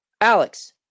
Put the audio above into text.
Alex